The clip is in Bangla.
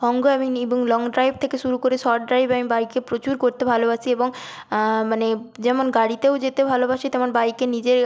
অঙ্গ আমি নিই এবং লং ড্রাইভ থেকে শুরু করে শর্ট ড্রাইভ আমি বাইকে প্রচুর করতে ভালোবাসি এবং মানে যেমন গাড়িতেও যেতে ভালোবাসি তেমন বাইকে নিজে